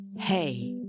Hey